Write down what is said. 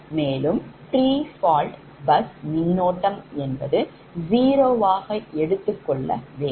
மேலும் prefault bus மின்னோட்டம் என்பது 0 வாக எடுத்துக்கொள்ளவேண்டும்